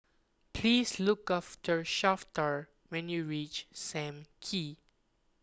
please look for Shafter when you reach Sam Kee